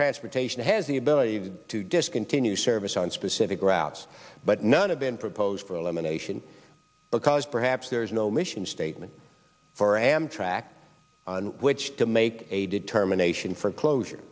transportation has the ability to discontinue service on specific routes but none have been proposed for elimination because perhaps there is no mission statement for amtrak on which to make a determination for closure